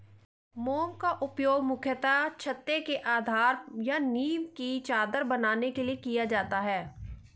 मोम का उपयोग मुख्यतः छत्ते के आधार या नीव की चादर बनाने के लिए किया जाता है